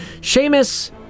Seamus